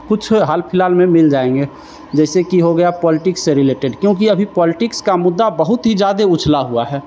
कुछ हाल फिलहाल में मिल जाएँगे जैसे कि आप पॉलिटिक्स से रिलेटेड क्योंकि अभी पॉलिटिक्स का मुद्दा बहुत ही ज्यादा उछला हुआ है